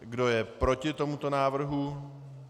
Kdo je proti tomuto návrhu?